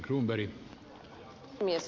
arvoisa puhemies